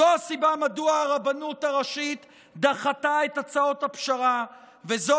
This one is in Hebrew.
זו הסיבה מדוע הרבנות הראשית דחתה את הצעות הפשרה וזו